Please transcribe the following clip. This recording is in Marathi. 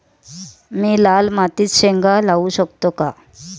मी लाल मातीत शेंगा लावू शकतो का?